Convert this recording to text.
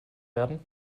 werden